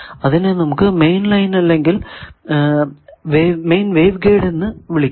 അതിനെ നമുക്ക് main line അല്ലെങ്കിൽ മെയിൻ വേവ് ഗൈഡ് എന്നും വിളിക്കാം